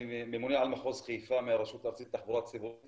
אני ממונה על מחוז חיפה מהרשות הארצית לתחבורה ציבורית